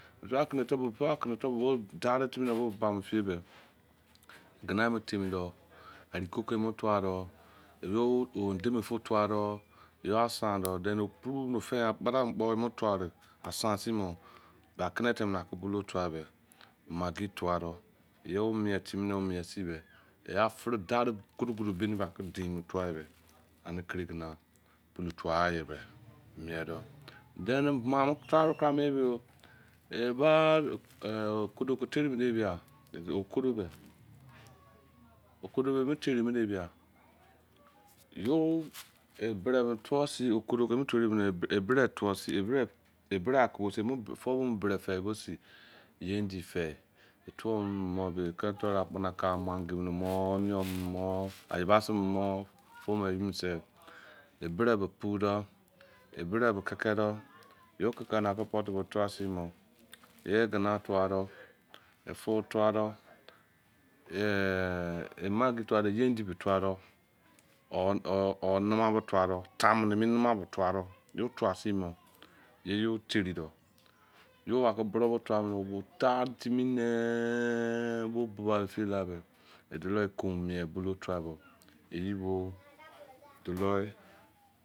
Akene te be a kenete bo dan tiun ne bo buba me fie be egina emu temi dou arikoko emu tua doh yo endeme fu tua doh ya san doh tua weri asan sin boh beh akenete emu tuai beh maggi tua doh yo mie tum ne omie sin beh yah afiri godogodo bewi aki deinmu tuai beh anei kirigina pulu tua gha ye beh mie doh taru kerai mo ye beh yo okodo ke terimene bia okodo beh okodo beh okodo beh emu teri mene bia yo bere mene tua sin bo ebere tua esin e bere akubo sin emene fou bo mu bere fei bo sin ye endi fei e tuo memi mo be keri toru akpanaka maggi eyi minimo onion mimi wo ayibasi mini mo tua me eyi minise e bere be pu doh e bere be keke doh yo keke na ake pot bo tua sin boh ye egina tua doh e fou tua doh e maggi tua doh ye endi tua doh or nama beh tua doh tanmu nimi nama be tua doh yo tua sin boh yo teri doh yo owa ke buro bo tua weri obo dan timi neh bo buba me efie lai be e doloh koun mie bulu otua doh eyi bo doloh